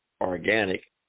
organic